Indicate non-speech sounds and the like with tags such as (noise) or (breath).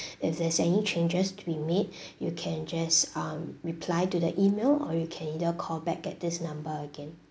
if there's any changes to be made (breath) you can just um reply to the email or you can either call back at this number again